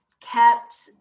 kept